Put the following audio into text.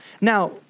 Now